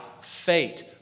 fate